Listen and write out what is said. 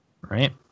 right